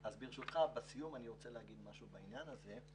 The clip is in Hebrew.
ברשותך, בסיום אני רוצה להגיד משהו בעניין הזה.